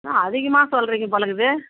என்ன அதிகமாக சொல்கிறிங்க போல இருக்குது